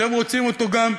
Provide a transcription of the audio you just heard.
אתם רוצים אותו גם?